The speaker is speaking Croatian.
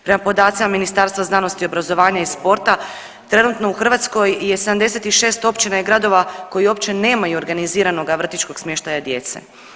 Prema podacima Ministarstva znanosti i obrazovanja i sporta trenutno u Hrvatskoj je 76 općina i gradova koji uopće nemaju organiziranog vrtićkog smještaja djece.